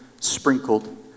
sprinkled